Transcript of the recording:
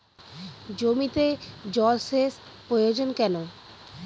জমিতে জল সেচ প্রয়োজন কেন?